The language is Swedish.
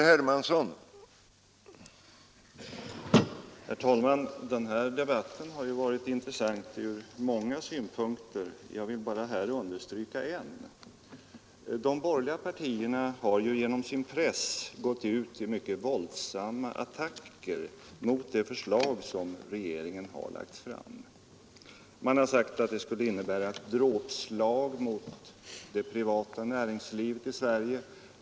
Herr talman! Den här debatten har ju varit intressant från många synpunkter. Jag vill här bara understryka en. De borgerliga partierna har genom sin press gått ut i mycket våldsamma attacker mot det förslag som regeringen har lagt fram. Man har sagt att det skulle innebära ett dråpslag mot det privata näringslivet i Sverige.